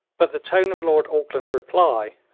but the tone of lord auckland's reply,